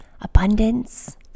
abundance